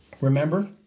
Remember